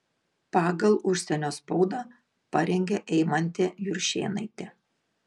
pagal užsienio spaudą parengė eimantė juršėnaitė